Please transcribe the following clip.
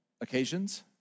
occasions